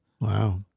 Wow